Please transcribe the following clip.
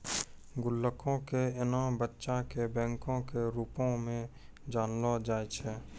गुल्लको के एना बच्चा के बैंको के रुपो मे जानलो जाय छै